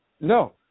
No